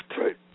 Right